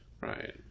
Right